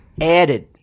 added